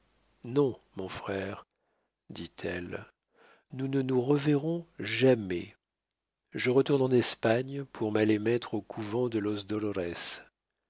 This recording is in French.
non mon frère dit-elle nous ne nous reverrons jamais je retourne en espagne pour m'aller mettre au couvent de los